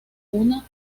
una